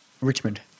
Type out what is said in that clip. Richmond